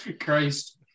Christ